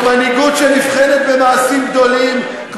זאת מנהיגות שנבחנת במעשים גדולים,